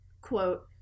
quote